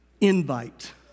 invite